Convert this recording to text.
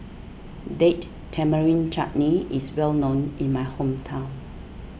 Date Tamarind Chutney is well known in my hometown